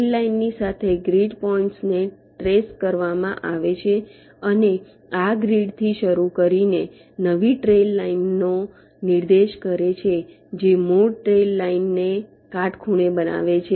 trail લાઇનની સાથે grid points trace કરવામાં આવે છે અને આ ગ્રીડથી શરૂ કરીને નવી ટ્રેઇલ લાઇનો નિર્દેશ કરે છે જે મૂળ ટ્રેઇલ લાઇનને કાટખૂણે બનાવે છે